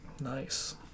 Nice